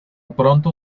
pronto